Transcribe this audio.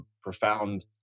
profound